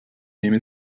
nehme